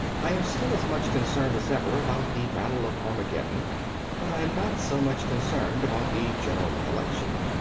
i am still as much concerned as ever about the battle of armageddon but i am not so much concerned about the general election.